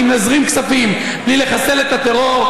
אבל אם נזרים כספים בלי לחסל את הטרור,